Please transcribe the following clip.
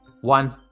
one